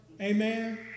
Amen